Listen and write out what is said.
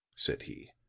said he.